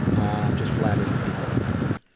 i'm just flattered that people remember.